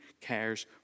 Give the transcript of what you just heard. cares